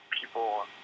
people